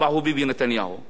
כי ככה לא מתעסקים,